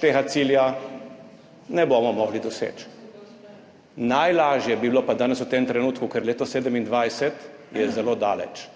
tega cilja ne bomo mogli doseči. Najlažje bi bilo pa danes, v tem trenutku, ker leto 2027 je zelo daleč.